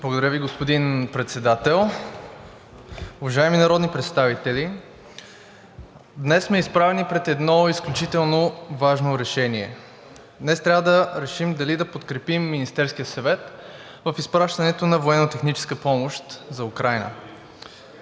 Благодаря Ви, господин Председател. Уважаеми народни представители, днес сме изправени пред едно изключително важно решение – днес трябва да решим дали да подкрепим Министерския съвет в изпращането на военнотехническа помощ за Украйна.